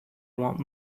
want